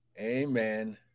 Amen